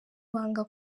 banga